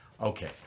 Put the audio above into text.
Okay